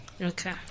Okay